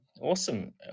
Awesome